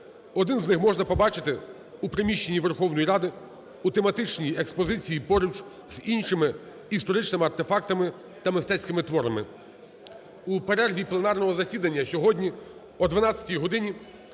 Один з них можна побачити у приміщенні Верховної Ради у тематичній експозиції поруч з іншими історичними артефактами та мистецькими творами. У перерві пленарного засідання сьогодні о 12 годині